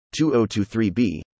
2023b